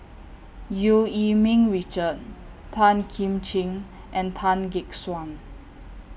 EU Yee Ming Richard Tan Kim Ching and Tan Gek Suan